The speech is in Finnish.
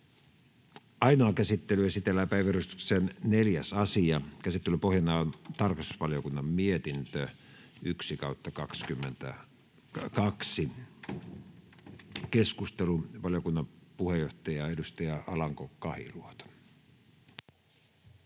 Ainoaan käsittelyyn esitellään päiväjärjestyksen 4. asia. Käsittelyn pohjana on tarkastusvaliokunnan mietintö TrVM 1/2022 vp. — Keskustelu, valiokunnan puheenjohtaja, edustaja Alanko-Kahiluoto. [Speech